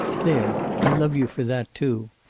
there, i love you for that too.